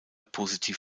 positiv